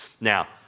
Now